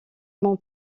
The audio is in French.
mon